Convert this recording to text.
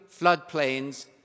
floodplains